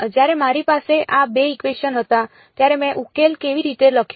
જ્યારે મારી પાસે આ 2 ઇકવેશન હતા ત્યારે મેં ઉકેલ કેવી રીતે લખ્યો